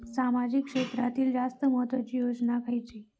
सामाजिक क्षेत्रांतील जास्त महत्त्वाची योजना खयची?